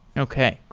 okay.